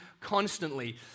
constantly